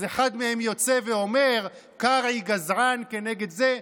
אז אחד מהם יוצא ואומר: קרעי גזען כנגד זה.